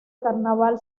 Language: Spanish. carnaval